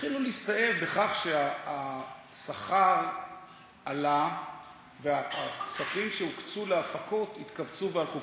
התחילו להסתאב בכך שהשכר עלה והכספים שהוקצו להפקות התכווצו והלכו.